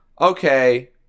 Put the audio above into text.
okay